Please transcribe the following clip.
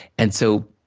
and so,